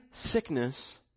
sickness